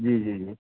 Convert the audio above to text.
جی جی جی